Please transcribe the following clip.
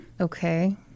Okay